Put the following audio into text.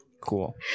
Cool